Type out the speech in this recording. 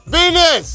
Venus